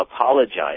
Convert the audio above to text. apologize